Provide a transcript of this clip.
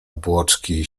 obłoczki